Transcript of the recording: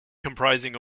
comprising